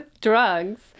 drugs